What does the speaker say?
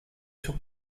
took